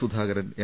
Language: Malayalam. സുധാകരൻ എം